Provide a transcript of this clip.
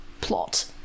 plot